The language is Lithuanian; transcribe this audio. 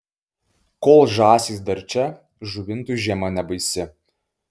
kol žąsys dar čia žuvintui žiema nebaisi